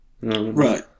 right